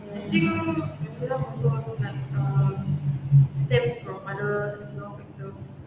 you long stem from under you know really overwhelming